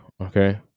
Okay